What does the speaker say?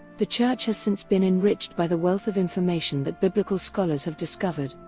the church has since been enriched by the wealth of information that biblical scholars have discovered,